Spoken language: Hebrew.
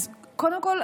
קודם כול,